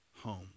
home